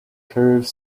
curved